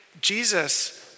Jesus